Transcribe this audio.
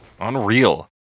Unreal